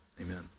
amen